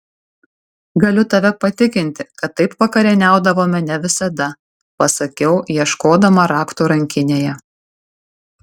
galiu tave patikinti kad taip vakarieniaudavome ne visada pasakiau ieškodama raktų rankinėje